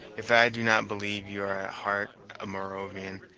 if i do not believe you are at heart a moravian,